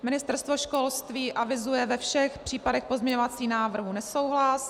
Ministerstvo školství avizuje ve všech případech pozměňovacích návrhů nesouhlas.